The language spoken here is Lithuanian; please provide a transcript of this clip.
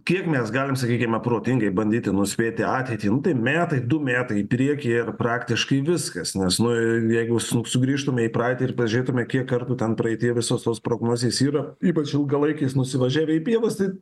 kiek mes galim sakykime protingai bandyti nuspėti ateitį nu tai metai du metai priekį ir praktiškai viskas nes nu jeigu sugrįžtume į praeitį ir pažiūrėtume kiek kartų ten praeityje visos tos prognozės yra ypač ilgalaikės nusivažiavę į pievas tai